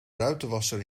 ruitenwasser